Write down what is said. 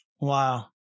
Wow